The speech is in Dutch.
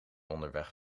onderweg